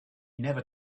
never